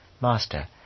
Master